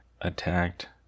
attacked